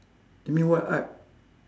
you mean what art